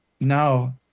No